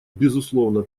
безусловно